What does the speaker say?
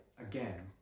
again